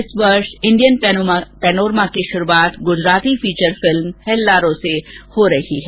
इस वर्ष Indian panorama की शुरूआत गुजराती फीचर फिल्म हेल्लारो से हो रही है